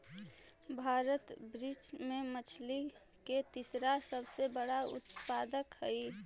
भारत विश्व में मछली के तीसरा सबसे बड़ा उत्पादक हई